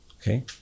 Okay